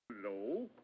Hello